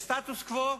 יש סטטוס-קוו,